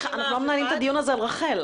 אנחנו לא מנהלים את הדיון הזה על רח"ל.